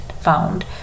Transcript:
found